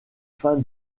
fin